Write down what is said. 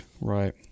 Right